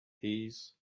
his